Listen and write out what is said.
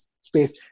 space